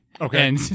Okay